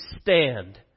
stand